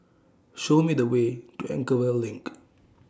Show Me The Way to Anchorvale LINK